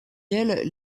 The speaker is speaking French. elles